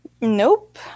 Nope